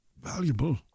Valuable